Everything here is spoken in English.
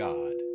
God